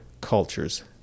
cultures